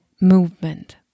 movement